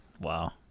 wow